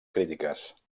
crítiques